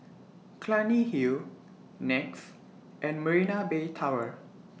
Clunny Hill Nex and Marina Bay Tower